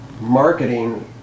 marketing